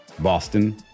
Boston